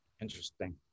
Interesting